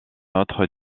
autre